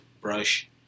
brush